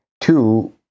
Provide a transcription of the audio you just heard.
Two